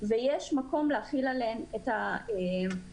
ויש מקום להחיל עליהן את הרגולציה.